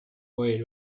worried